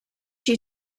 you